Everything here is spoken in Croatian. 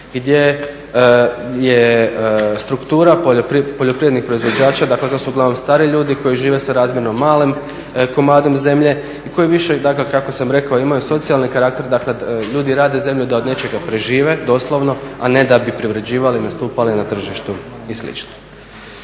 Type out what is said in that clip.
gdje je struktura poljoprivrednih proizvođača, dakle to su uglavnom stari ljudi koji žive sa razmjerno malim komadom zemlje i koji više, dakle kako sam rekao imaju socijalni karakter. Dakle, ljudi rade zemlju da od nečega prežive doslovno, a ne da bi privređivali, nastupali na tržištu i